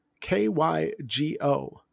K-Y-G-O